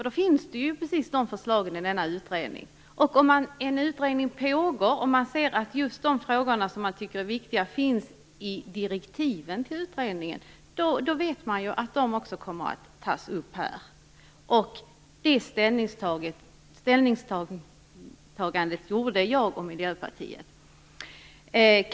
Då finns ju förslagen i denna utredning. Om en utredning pågår, och om man ser att just de frågor som man tycker är viktiga finns i direktiven till denna, vet man ju att frågorna kommer att tas upp här i kammaren. Det ställningstagandet gjorde jag och Miljöpartiet.